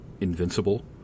invincible